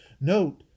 Note